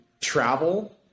travel